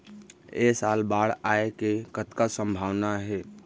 ऐ साल बाढ़ आय के कतका संभावना हे?